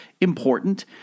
important